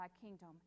kingdom